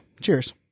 Cheers